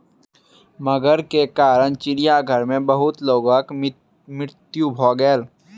मगर के कारण चिड़ियाघर में बहुत लोकक मृत्यु भ गेल